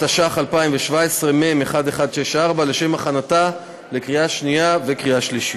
התשע"ח 2017 (מ/1164) לשם הכנתה לקריאה שנייה וקריאה שלישית.